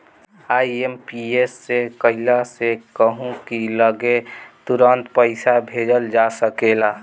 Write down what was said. IMPS से कइला से कहू की लगे तुरंते पईसा भेजल जा सकेला